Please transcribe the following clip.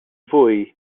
fwy